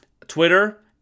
Twitter